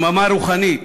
שממה רוחנית,